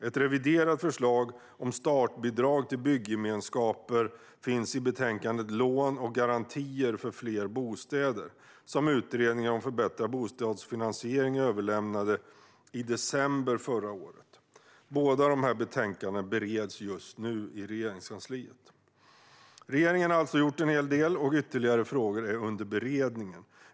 Ett reviderat förslag om startbidrag till byggemenskaper finns i betänkandet Lån och garantier för fler bostäder , som Utredningen om förbättrad bostadsfinansiering överlämnade i december förra året. Båda dessa betänkanden bereds just nu i Regeringskansliet. Regeringen har alltså gjort en hel del, och ytterligare frågor är under beredning.